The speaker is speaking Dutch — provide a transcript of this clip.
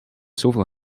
zoveel